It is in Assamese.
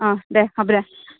দে হ'ব দে